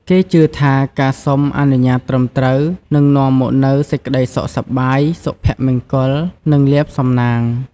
គេជឿថា ការសុំអនុញ្ញាតត្រឹមត្រូវ នឹងនាំមកនូវ សេចក្តីសុខសប្បាយ សុភមង្គល និងលាភសំណាង។